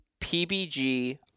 PBG